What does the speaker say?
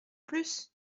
plus